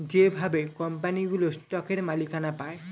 যেভাবে কোম্পানিগুলো স্টকের মালিকানা পায়